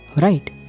right